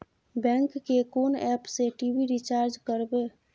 Bank के कोन app से टी.वी रिचार्ज करबे?